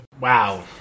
Wow